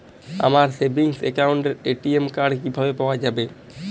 আমার সেভিংস অ্যাকাউন্টের ATM card কিভাবে পাওয়া যাবে?